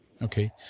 Okay